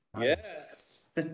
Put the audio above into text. Yes